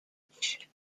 age